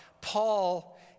Paul